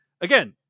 again